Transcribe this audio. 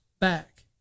back